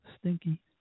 stinky